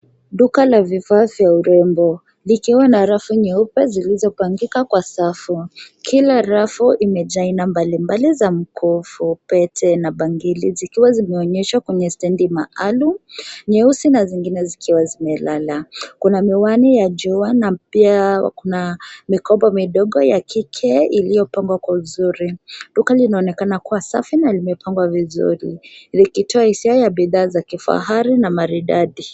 Duka la vifaa vya urembo vikiwa na rafu nyeupe zilizopangika kwa safu. Kila rafu imejaa aina mbalimbali za mkufu, pete na bangili zikiwa zimeonyeshwa kwenye stendi maalum nyeusi na zingine zikiwa zimelala. Kuna miwani ya jua na pia kuna mikoba midogo ya kike iliyopangwa kwa uzuri. Duka linaonekana kuwa safi na limepangwa vizuri likitoa hisia ya bidhaa za kifahari na maridadi.